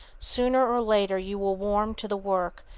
sooner or later you will warm to the work,